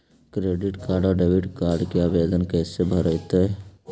Credit और debit card के आवेदन कैसे भरैतैय?